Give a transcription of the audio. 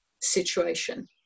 situation